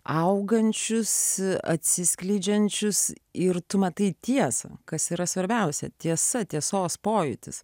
augančius atsiskleidžiančius ir tu matai tiesą kas yra svarbiausia tiesa tiesos pojūtis